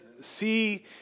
see